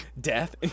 Death